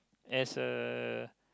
as uh